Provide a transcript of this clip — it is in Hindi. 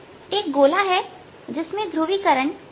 एक गोला है जिसमें ध्रुवीकरण PP0zहै